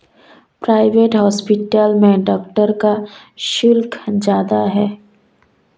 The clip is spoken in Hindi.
प्राइवेट हॉस्पिटल में डॉक्टर का शुल्क ज्यादा है